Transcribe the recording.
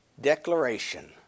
declaration